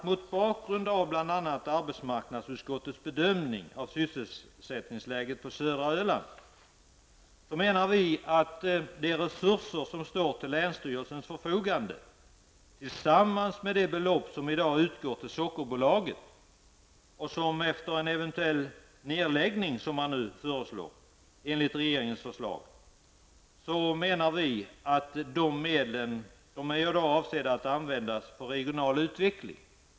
Mot bakgrund av bl.a. arbetsmarknadsutskottets bedömning av sysselsättningsläget på södra Öland menar vi att de resurser som står till länsstyrelsens förfogande, tillsammans med det belopp som i dag utgår till Sockerbolaget, efter en eventuell nedläggning, som regeringen nu föreslår, är avsedda att användas för regional utveckling.